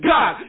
God